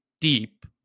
deep